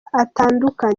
atandukanye